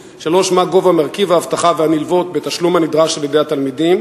3. מה הוא גובה מרכיב האבטחה והנלוות בתשלום הנדרש מהתלמידים?